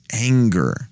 anger